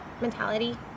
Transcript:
Mentality